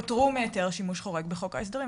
פטרו מהיתר שימוש חורג בחוק ההסדרים.